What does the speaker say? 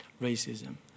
racism